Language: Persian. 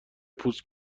پوست